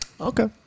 Okay